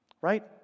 Right